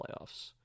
playoffs